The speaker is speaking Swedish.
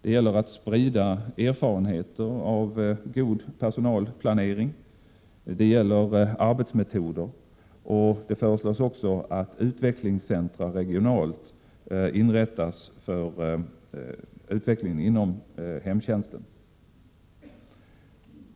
Det gäller att sprida erfarenheter av god personalplanering och arbetsmetoder. Det föreslås också att utvecklingscentra inrättas regionalt för utvecklingen inom hemtjänsten.